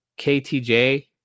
KTJ